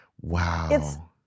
wow